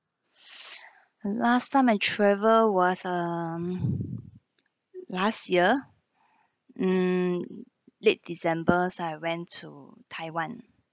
last time I travel was um last year mm late december I went to taiwan